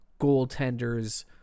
goaltenders